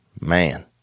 man